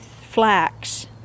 flax